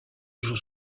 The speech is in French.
joue